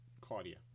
Claudia